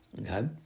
Okay